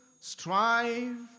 strive